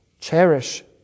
cherish